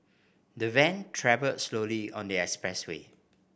the van travelled slowly on the express way